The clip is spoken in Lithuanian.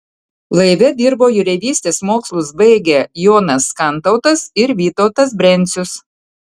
laive dirbo jūreivystės mokslus baigę jonas kantautas ir vytautas brencius